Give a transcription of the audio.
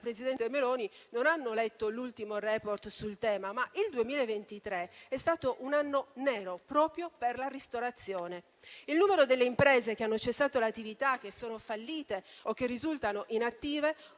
presidente Meloni non hanno letto l'ultimo *report* sul tema, ma il 2023 è stato un anno nero proprio per la ristorazione. Il numero delle imprese che hanno cessato l'attività, che sono fallite o risultano inattive,